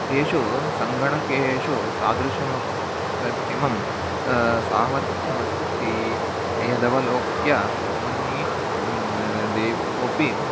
येषु सङ्गणकेषु तादृशं प्रतिमं सामर्थ्यमस्ति यदवलोक्य मनि देवोपि